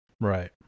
Right